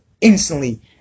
instantly